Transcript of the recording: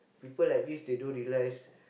people like this they don't realise